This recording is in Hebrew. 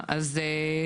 הפשיעה אז אנחנו,